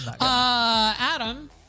Adam